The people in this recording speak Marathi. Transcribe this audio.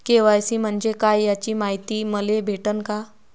के.वाय.सी म्हंजे काय याची मायती मले भेटन का?